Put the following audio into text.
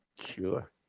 Sure